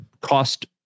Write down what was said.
cost